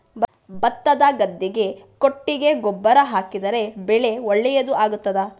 ಭತ್ತದ ಗದ್ದೆಗೆ ಕೊಟ್ಟಿಗೆ ಗೊಬ್ಬರ ಹಾಕಿದರೆ ಬೆಳೆ ಒಳ್ಳೆಯದು ಆಗುತ್ತದಾ?